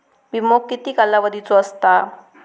विमो किती कालावधीचो असता?